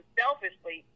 selfishly